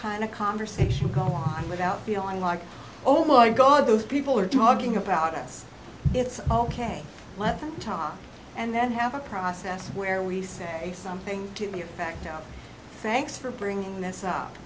kind of conversation go on without feeling like oh my god those people are talking about us it's ok let's talk and then have a process where we say hey something to be a factor thanks for bringing this up